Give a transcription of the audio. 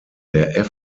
der